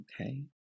Okay